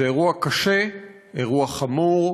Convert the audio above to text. זה אירוע קשה, אירוע חמור,